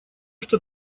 что